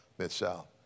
Mid-South